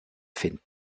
finden